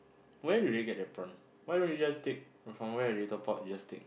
where do they get the prawn why don't they just take from where they top up you just take